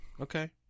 okay